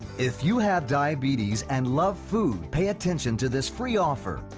if you have diabetes and love food, pay attention to this free offer.